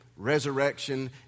resurrection